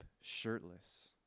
shirtless